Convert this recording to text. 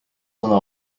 sõna